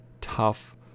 tough